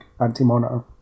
anti-monitor